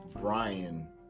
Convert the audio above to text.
Brian